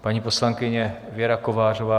Paní poslankyně Věra Kovářová.